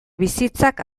bizitzak